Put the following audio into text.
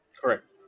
Correct